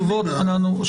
שאנו בדרך.